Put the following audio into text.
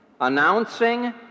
announcing